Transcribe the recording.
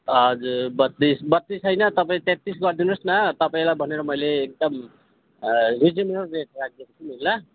हजुर बत्तिस बत्तिस होइन तपाईँ तेत्तिस गरिदिनुहोस् न तपाईँलाई भनेर मैले एकदम रिजनेबल रेट राखिदिएको छु नि ल